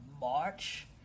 March